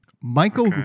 Michael